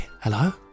Hello